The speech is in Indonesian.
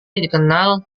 dikenal